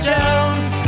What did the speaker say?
Jones